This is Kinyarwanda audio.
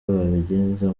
babigenza